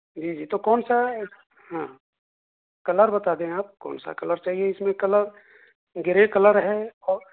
جی جی تو کون سا ہاں کلر بتادیں آپ کون سا کلر چاہیے اس میں کلر گرے کلر ہے اور